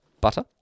butter